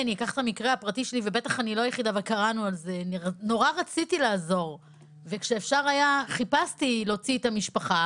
נורא רציתי לעזור וחיפשתי להוציא את המשפחה